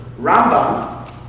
Rambam